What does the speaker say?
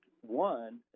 one